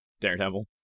Daredevil